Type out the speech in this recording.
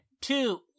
two